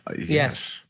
Yes